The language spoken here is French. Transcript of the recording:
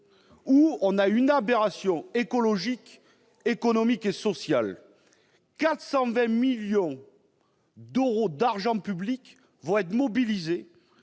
d'or. Aberration écologique, économique et sociale, 420 millions d'euros d'argent public vont être mobilisés